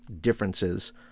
differences